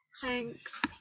Thanks